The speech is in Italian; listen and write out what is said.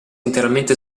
interamente